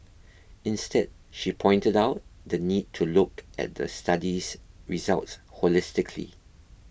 instead she pointed out the need to look at the study's results holistically